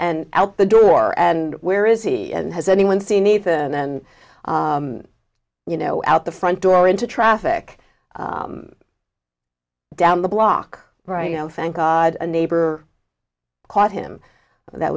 and out the door and where is he and has anyone seen ethan and you know out the front door into traffic down the block right now thank god the neighbor caught him that